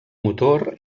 motor